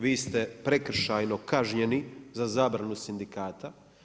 Vi ste prekršajno kažnjeni za zabranu sindikata.